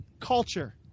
Culture